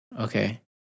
okay